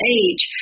age